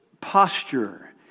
posture